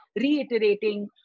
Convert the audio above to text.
reiterating